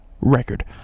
record